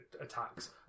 attacks